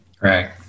Right